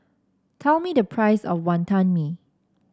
tell me the price of Wantan Mee